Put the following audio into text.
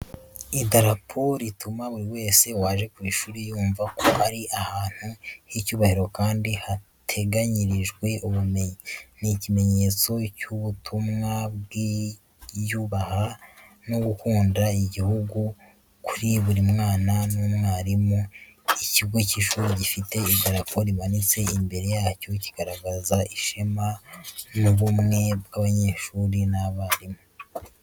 Idarapo rituma buri wese waje ku ishuri yumva ko ari ahantu h’icyubahiro kandi hateganyirijwe ubumenyi. Ni ikimenyetso cy’ubumwe, kwiyubaha no gukunda igihugu kuri buri mwana n’umwarimu. Ikigo cy'ishuri gifite idarapo rimanitse imbere yacyo kigaragaza ishema n’ubumwe bw’abanyeshuri n’abarimu.